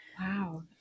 Wow